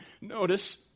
Notice